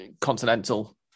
continental